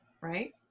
right